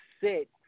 sit